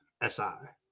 S-I